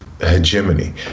hegemony